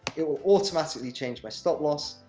it will automatically change my stop-loss.